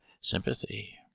sympathy